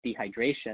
dehydration